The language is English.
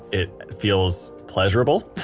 it feels pleasurable.